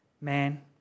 man